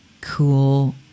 cool